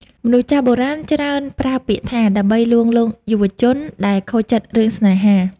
មនុស្សចាស់បុរាណច្រើនប្រើពាក្យនេះ ដើម្បីលួងលោមយុវជនដែលខូចចិត្តរឿងស្នេហា។